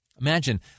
Imagine